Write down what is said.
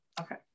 okay